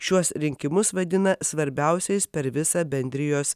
šiuos rinkimus vadina svarbiausiais per visą bendrijos